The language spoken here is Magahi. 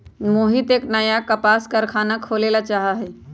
मोहित एक नया कपास कारख़ाना खोले ला चाहा हई